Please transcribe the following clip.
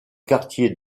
quartier